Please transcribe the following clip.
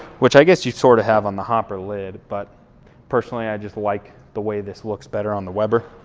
which i guess you sort of have on the hopper lid but personally, i just like the way this looks better on the weber,